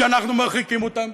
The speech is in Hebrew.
שאנחנו מרחיקים אותם